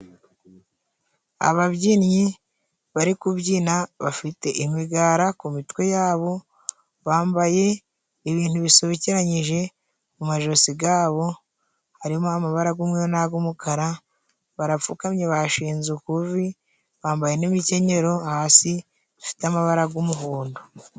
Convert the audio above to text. Ababyinnyi bari kubyina bafite imigara ku mitwe yabo. Bambaye ibintu bisobekeranyije mu majosi gabo, harimo amabara g'umweru n'ag'umukara. Barapfukamye bashinze ukuvi, bambaye n'imikenyero hasi zifite amabara g'umuhondo.